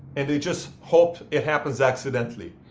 and they just hope it happens accidentally.